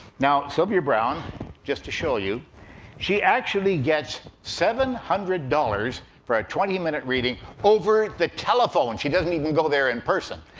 now, sylvia browne just to show you she actually gets seven hundred dollars for a twenty minute reading over the telephone, she doesn't even go there in person,